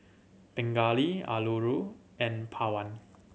Pingali Alluri and Pawan